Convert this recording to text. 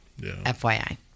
FYI